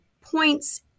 points